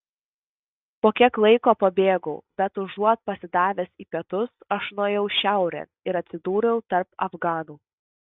po kiek laiko pabėgau bet užuot pasidavęs į pietus aš nuėjau šiaurėn ir atsidūriau tarp afganų